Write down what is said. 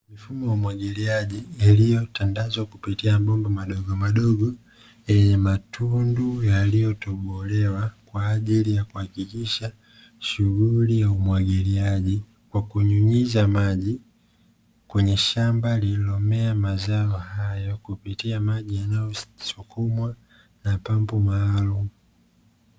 Mifumo ya umwagiliaji iliyotandazwa kupitia mabomba madogomadogo, yenye matundu yaliyotobolewa, kwa ajili ya kuhakikisha shughuli ya umwagiliaji kwa kunyunyiza maji, kwenye shamba lililomea mazao hayo, kupitia maji yanayosukumwa na pampu maalumu.